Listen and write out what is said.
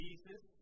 Jesus